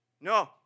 No